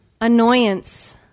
Annoyance